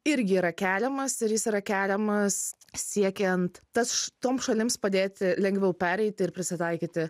irgi yra keliamas ir jis yra keliamas siekiant tas toms šalims padėti lengviau pereiti ir prisitaikyti